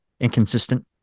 Inconsistent